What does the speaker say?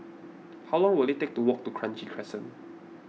how long will it take to walk to Kranji Crescent